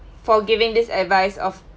for giving this advice of